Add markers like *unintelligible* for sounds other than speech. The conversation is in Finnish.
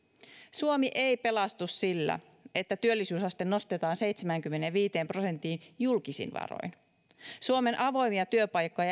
suomi ei pelastu sillä että työllisyysaste nostetaan seitsemäänkymmeneenviiteen prosenttiin julkisin varoin suomen avoimia työpaikkoja *unintelligible*